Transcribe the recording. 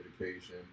education